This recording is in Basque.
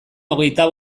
hogeita